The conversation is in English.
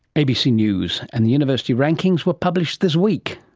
abc news. and the university rankings were published this week.